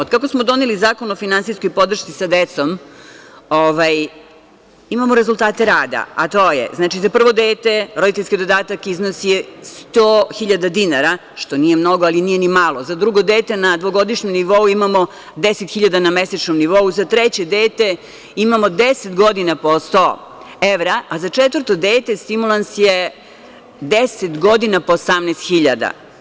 Od kako smo doneli Zakon o finansijskoj podršci porodicama sa decom imamo rezultate rada, a to je: za prvo dete roditeljski dodatak iznosi 100.000 dinara, što nije mnogo, ali nije ni malo, za drugo dete na dvogodišnjem nivou imamo 10.000 na mesečnom nivou, za treće dete imamo 10 godina po 100 evra, a za četvrto dete stimulans je 10 godina po 18.000.